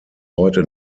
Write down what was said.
heute